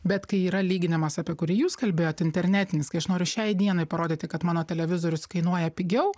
bet kai yra lyginimas apie kurį jūs kalbėjot internetinis kai aš noriu šiai dienai parodyti kad mano televizorius kainuoja pigiau